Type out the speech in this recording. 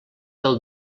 del